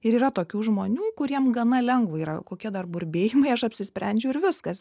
ir yra tokių žmonių kuriem gana lengva kokie dar burbėjimai aš apsisprendžiau ir viskas